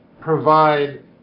provide